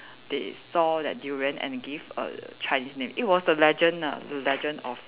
they saw that durian and give a Chinese name it was the legend ah the legend of